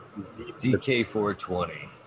DK420